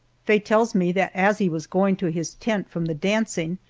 faye tells me that as he was going to his tent from the dancing,